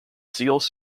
seals